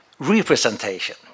Representation